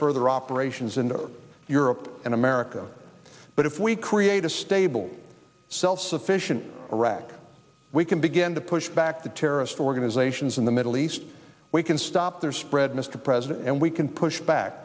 further operations into europe and america but if we create a stable self sufficient iraq we can begin to push back the terrorist organizations in the middle east we can stop their spread mr president and we can push back